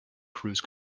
cruise